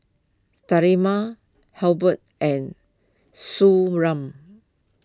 Sterimar Abbott and Suu